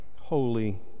holy